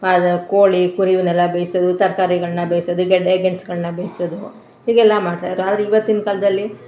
ಕೋಳಿ ಕುರಿ ಇವನ್ನೆಲ್ಲ ಬೇಯಿಸೋದು ತರಕಾರಿಗಳನ್ನ ಬೇಯಿಸೋದು ಗೆಡ್ಡೆ ಗೆಣ್ಸುಗಳ್ನ ಬೇಯಿಸೋದು ಹೀಗೆಲ್ಲ ಮಾಡ್ತಾಯಿದ್ದರು ಆದ್ರೆ ಇವತ್ತಿನ ಕಾಲದಲ್ಲಿ